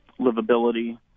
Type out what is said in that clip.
livability